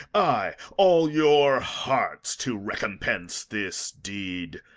ay, all your hearts to recompense this deed.